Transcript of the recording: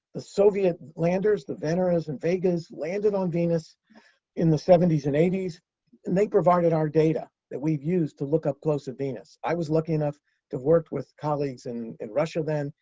the soviet landers, the veneras and vegas, landed on venus in the seventy s and eighty s, and they provided our data that we use to look up close at venus. i was lucky enough to work with colleagues and in russia then,